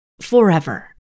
forever